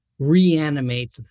Reanimate